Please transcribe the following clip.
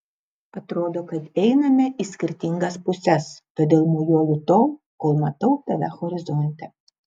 atrodo kad einame į skirtingas puses todėl mojuoju tol kol matau tave horizonte